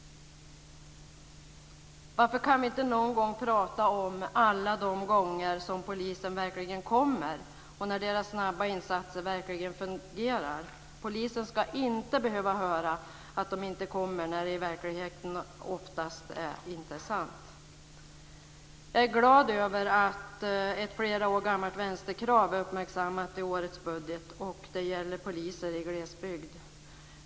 Varför kan vi inte någon gång prata om alla de gånger som polisen verkligen kommer och när deras snabba insatser verkligen fungerar. Polisen ska inte behöva höra att de inte kommer när det i verkligheten oftast inte är sant. Jag är glad över att ett flera år gammalt vänsterkrav har uppmärksammats i årets budget. Det gäller poliser i glesbygd.